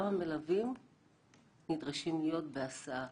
כמה מלווים נדרשים להיות בהסעה.